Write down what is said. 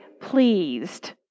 pleased